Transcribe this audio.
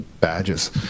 badges